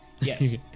Yes